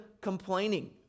complaining